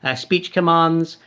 ah speech commands,